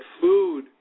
food